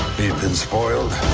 been spoiled.